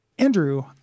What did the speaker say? Andrew